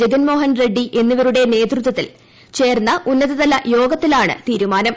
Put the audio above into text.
ജഗൻമോഹൻ റെഡ്ഡി എന്നിവരുടെ നേതൃത്വത്തിൽ ചേർന്ന ഉന്നത തല യോഗത്തിലാണ് തീരുമാനം